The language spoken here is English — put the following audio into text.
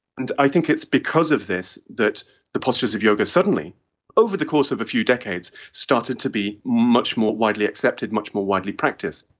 and i think it's because of this that the postures of yoga suddenly over the course of a few decades started to be much more widely accepted, much more widely practised.